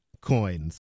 coins